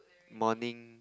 morning